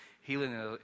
Healing